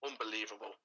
Unbelievable